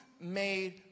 made